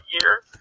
year